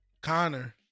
Connor